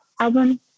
album